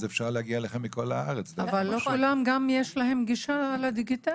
אפשר להגיע אליכם מכל הארץ --- אבל גם לא לכולם יש גישה לדיגיטלי.